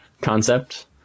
concept